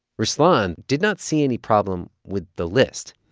ruslan did not see any problem with the list